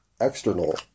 external